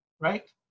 Right